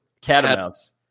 Catamounts